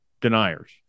deniers